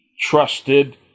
trusted